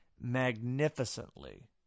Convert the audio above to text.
magnificently